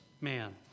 man